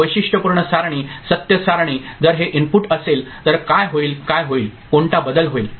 वैशिष्ट्यपूर्ण सारणी सत्य सारणी जर हे इनपुट असेल तर काय होईल काय होईल कोणता बदल होईल